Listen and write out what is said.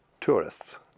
tourists